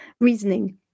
reasoning